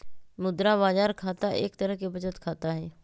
मुद्रा बाजार खाता एक तरह के बचत खाता हई